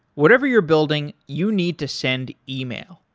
whatever you're building, you need to send email,